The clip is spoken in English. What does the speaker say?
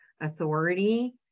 authority